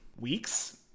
weeks